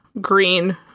green